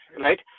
right